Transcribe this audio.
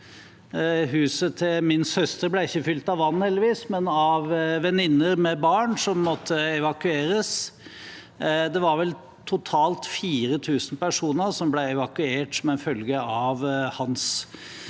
Huset til min søster ble heldigvis ikke fylt av vann, men av venninner med barn som måtte evakueres. Det var vel totalt 4 000 personer som ble evakuert som følge av «Hans».